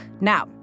Now